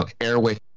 airway